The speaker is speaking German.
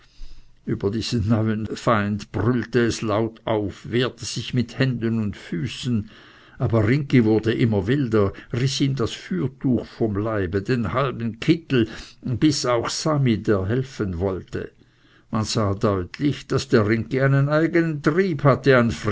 über diesen neuen feind brüllte es laut auf wehrte sich mit händen und füßen aber ringgi wurde immer wilder riß ihm das fürtuch vom leibe den halben kittel biß auch sami der helfen wollte man sah deutlich daß der ringgi einen eigenen trieb hatte